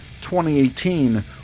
2018